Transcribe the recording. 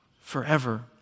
forever